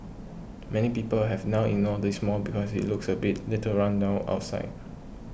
many people have now ignored this mall because it looks a little run down outside